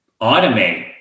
Automate